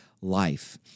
life